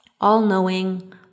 All-knowing